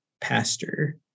pastor